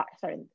sorry